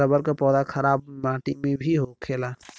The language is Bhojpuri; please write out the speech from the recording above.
रबर क पौधा खराब माटी में भी होखेला